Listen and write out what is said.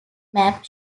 map